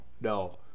no